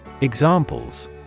Examples